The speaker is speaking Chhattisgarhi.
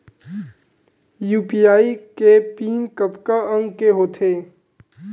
यू.पी.आई के पिन कतका अंक के होथे?